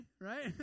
right